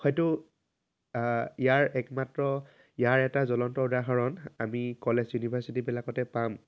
হয়তো ইয়াৰ একমাত্ৰ ইয়াৰ এটা জলন্ত উদাহৰণ আমি কলেজ ইউনিভাৰ্চিটিবিলাকতে পাম